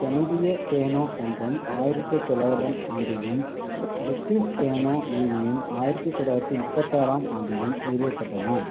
கனேடிய கேனோ சங்கம் ஆயிரத்து தொள்ளாயிரம் ஆண்டிலும் பிரிட்டிஸ் கேனோ யூனியன் ஆயிரத்து தொள்ளாயிரத்து முப்பத்தாறாம் ஆண்டிலும் நிறுவப்பட்டன